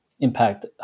impact